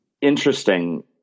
interesting